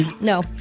No